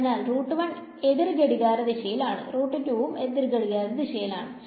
അതിനാൽ എതിർ ഘടികാര ദിശയിലാണ് യും എതിർഘടികാര ദിശയിലാണ്